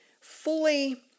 fully